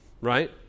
right